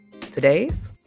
today's